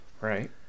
Right